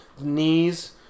knees